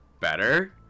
better